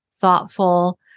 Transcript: thoughtful